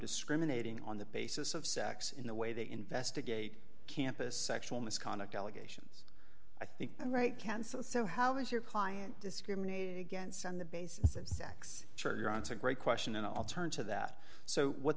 discriminating on the basis of sex in the way they investigate campus sexual misconduct allegations i think and right counsel so how is your client discriminate against on the basis of sex charge you're on to a great question and i'll turn to that so what